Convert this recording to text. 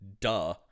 duh